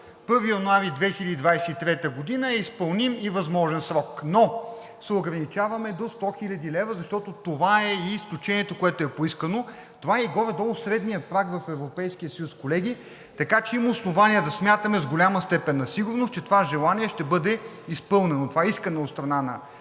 1 януари 2023 г. е изпълним или възможен срок, но се ограничаваме до 100 хил. лв., защото това е и изключението, което е поискано, това е горе-долу средният праг в Европейския съюз, колеги. Така че има основание да смятаме с голяма степен на сигурност, че това желание ще бъде изпълнено, това искане от страна на